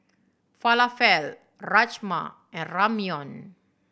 Falafel Rajma and Ramyeon